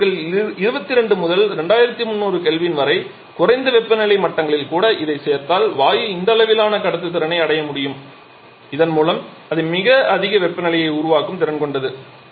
இந்த பொருட்கள் 22 முதல் 2300 K வரை குறைந்த வெப்பநிலை மட்டங்களில் கூட இதைச் சேர்த்தால் வாயு இந்த அளவிலான கடத்துத்திறனை அடைய முடியும் இதன் மூலம் அது மிக அதிக வெப்பநிலையை உருவாக்கும் திறன் கொண்டது